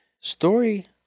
story